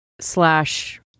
slash